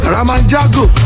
Ramanjago